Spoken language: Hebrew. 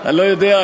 אני לא יודע,